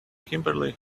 kimberly